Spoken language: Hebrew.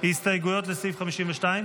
הסתייגויות לסעיף 52?